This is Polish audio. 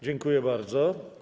Dziękuję bardzo.